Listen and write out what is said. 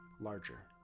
larger